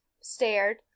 stared